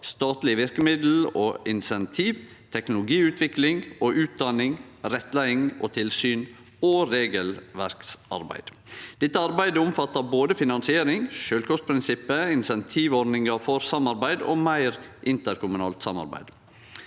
statlege verkemiddel og insentiv; teknologiutvikling og utdanning; rettleiing og tilsyn; regelverksarbeid. Dette arbeidet omfattar både finansiering, sjølvkostprinsippet, insentivordningar for samarbeid og meir interkommunalt samarbeid.